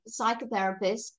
psychotherapist